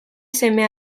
seme